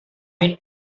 been